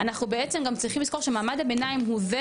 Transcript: אנחנו בעצם גם צריכים לזכור שמעמד הביניים הוא זה